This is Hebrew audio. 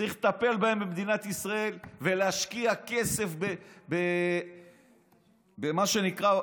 לטפל בהם במדינת ישראל ולהשקיע כסף במה שנקרא,